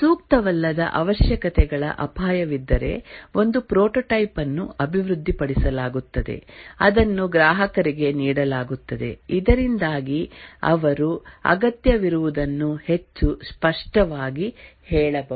ಸೂಕ್ತವಲ್ಲದ ಅವಶ್ಯಕತೆಗಳ ಅಪಾಯವಿದ್ದರೆ ಒಂದು ಪ್ರೊಟೋಟೈಪ್ ಅನ್ನು ಅಭಿವೃದ್ಧಿಪಡಿಸಲಾಗುತ್ತದೆ ಅದನ್ನು ಗ್ರಾಹಕರಿಗೆ ನೀಡಲಾಗುತ್ತದೆ ಇದರಿಂದಾಗಿ ಅವರು ಅಗತ್ಯವಿರುವದನ್ನು ಹೆಚ್ಚು ಸ್ಪಷ್ಟವಾಗಿ ಹೇಳಬಹುದು